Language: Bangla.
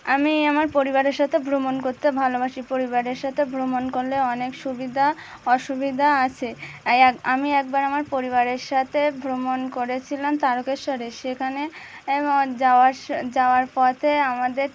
আমি আমার পরিবারের সাথে ভ্রমণ করতে ভালোবাসি পরিবারের সাথে ভ্রমণ করলে অনেক সুবিধা অসুবিধা আছে আমি একবার আমার পরিবারের সাথে ভ্রমণ করেছিলাম তারকেশ্বরে সেখানে যাওয়ার যাওয়ার পথে আমাদের